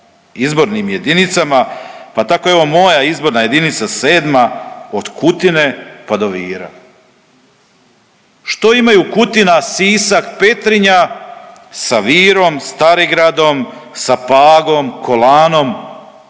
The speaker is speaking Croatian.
izbornim jedinicama pa tako i ova moja izborna jedinica, 7., od Kutine pa do Vira. Što imaju Kutina, Sisak, Petrinja sa Virom, Starigradom, sa Pagom, Kolanom,